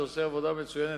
שעושה עבודה מצוינת,